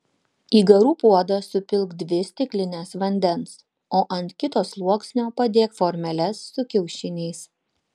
į garų puodą supilk dvi stiklines vandens o ant kito sluoksnio padėk formeles su kiaušiniais